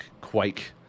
Quake